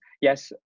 yes